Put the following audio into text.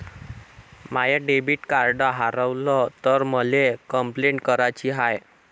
माय debit card हारवल तर मले कंपलेंट कराची हाय